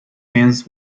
fins